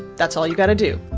that's all you got to do.